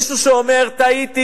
ואין מישהו שאומר: טעיתי,